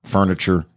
Furniture